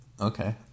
Okay